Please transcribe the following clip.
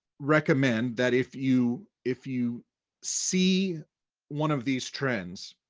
recommend that if you if you see one of these trends,